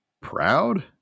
proud